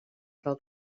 del